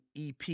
EP